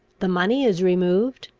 the money is removed.